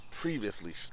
Previously